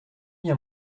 bien